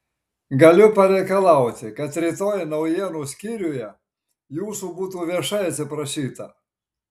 galiu pareikalauti kad rytoj naujienų skyriuje jūsų būtų viešai atsiprašyta